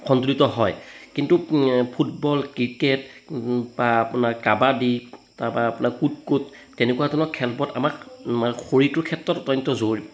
সন্তুলিত হয় কিন্তু ফুটবল ক্ৰিকেট বা আপোনাৰ কাবাডী তাৰপৰা আপোনাৰ কুট কুট তেনেকুৱা ধৰণৰ খেলবোৰত আমাক মানে শৰীৰটোৰ ক্ষেত্ৰত অত্যন্ত জৰুৰী